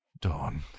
Dawn